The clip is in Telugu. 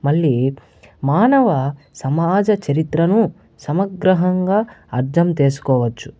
మళ్ళీ మానవ సమాజ చరిత్రను సమగ్రహంగా అర్థం చేసుకోవచ్చు